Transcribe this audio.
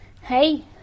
Hey